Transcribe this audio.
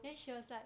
uh